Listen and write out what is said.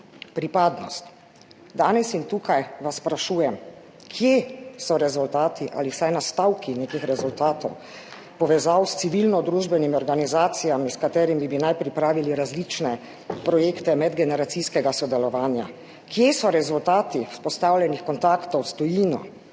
pripadnost. Danes vas tukaj sprašujem, kje so rezultati ali vsaj nastavki nekih rezultatov, povezav s civilnodružbenimi organizacijami, s katerimi naj bi pripravili različne projekte medgeneracijskega sodelovanja? Kje so rezultati vzpostavljenih kontaktov s tujino?